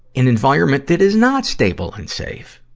an environment that is not stable and safe.